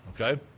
okay